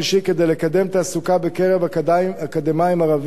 כדי לקדם תעסוקה בקרב אקדמאים ערבים,